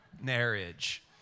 Marriage